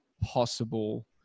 possible